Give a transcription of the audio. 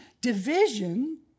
division